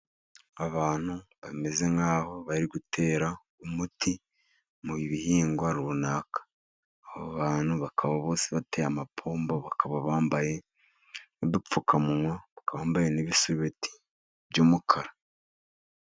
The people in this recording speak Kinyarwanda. Abantu bameze nk'aho bari gutera umuti mu bihingwa runaka. Aba bantu bakaba bose bafite amapombo, bakaba bambaye dupfukamunwa bakaba bambaye n'ibisubeti by'umukara.